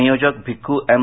संयोजक भिक्खू एम